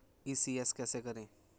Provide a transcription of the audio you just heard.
ECS कैसे करें?